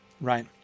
right